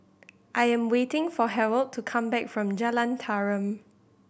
I am waiting for Harrold to come back from Jalan Tarum